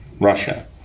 Russia